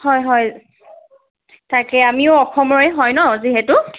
হয় হয় তাকেই আমিও অসমৰে হয় ন যিহেতু